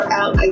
out